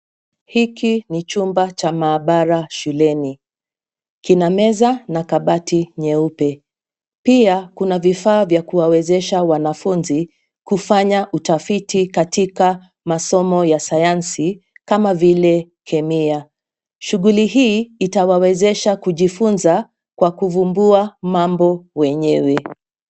Hiki ni chumba cha mahabara shuleni, kina meza na kabati nyeupe pia kuna vifaa vya kuwawezesha wanafunzi kufanya utafiti katika masomo ya sayansi kama vile kemia shighuli hii itawawezesha kujifunza kwa kuvumbua mambo wenyewe.